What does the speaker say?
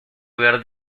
hogar